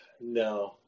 No